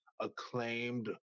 acclaimed